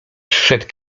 przyszedł